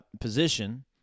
position